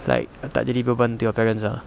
like uh tak jadi beban to your parents ah